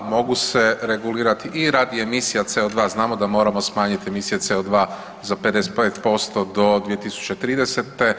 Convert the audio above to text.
Mogu se regulirati i radi emisija CO2, znamo da moramo smanjiti emisije CO2 za 55% do 2030.